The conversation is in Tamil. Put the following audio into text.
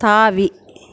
தாவி